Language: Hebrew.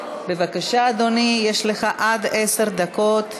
בבקשה, אדוני, יש לך עד עשר דקות.